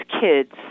kids